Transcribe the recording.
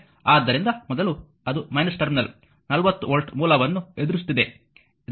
ಆದ್ದರಿಂದ ಮೊದಲು ಅದು ಟರ್ಮಿನಲ್ 40 ವೋಲ್ಟ್ ಮೂಲವನ್ನು ಎದುರಿಸುತ್ತಿದೆ